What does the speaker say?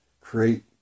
create